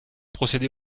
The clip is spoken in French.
procéder